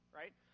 right